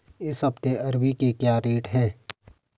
इस हफ्ते अरबी के क्या रेट हैं?